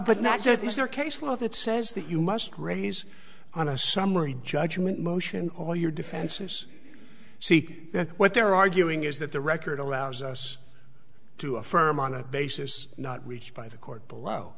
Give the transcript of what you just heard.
but not to use their case law that says that you must raise on a summary judgment motion all your defenses see that what they're arguing is that the record allows us to affirm on a basis not reached by the court below